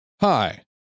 Hi